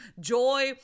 joy